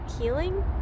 healing